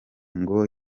ngo